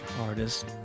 artist